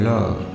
Love